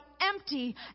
empty